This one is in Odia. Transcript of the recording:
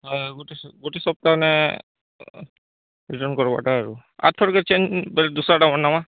ହଁ ଗୁଟେ ସ ଗୁଟେ ସପ୍ତାହେ ନ ଆରୁ ଆର ଥରକେ ଚେଞ୍ଜ ବୋଲେ ଦୁଶା ଟା ବନାବା